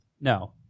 no